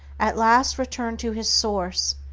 at last return to his source,